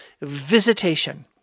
Visitation